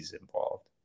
involved